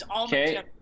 Okay